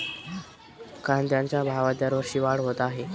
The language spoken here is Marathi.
कांद्याच्या भावात दरवर्षी वाढ होत आहे